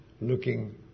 looking